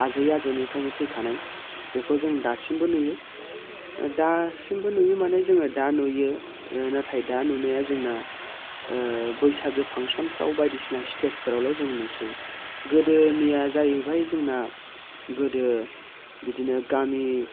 आजै आजौनिफ्रायनो फैखानाय बेखौ जों दासिमबो नुयो दासिमबो नुयो माने जोङो दा नुयो ओ नाथाय दा नुनाया जोंना ओ बैसागो फांसनफ्राव बायदिसिना सिटेजफोरावल' जों नुसै गोदोनिया जाहैबाय जोंना गोदो बिदिनो गामि